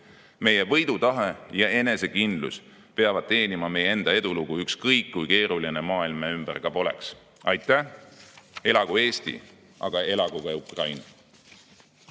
Meie võidutahe ja enesekindlus peavad teenima meie enda edulugu, ükskõik kui keeruline ka maailm me ümber poleks. Aitäh! Elagu Eesti! Aga elagu ka Ukraina!